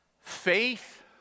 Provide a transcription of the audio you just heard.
faith